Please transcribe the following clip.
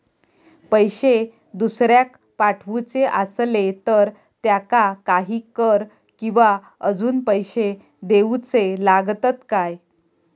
पैशे दुसऱ्याक पाठवूचे आसले तर त्याका काही कर किवा अजून पैशे देऊचे लागतत काय?